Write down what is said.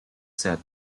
set